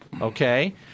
Okay